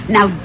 Now